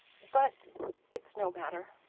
but it's no matter.